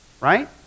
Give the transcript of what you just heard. right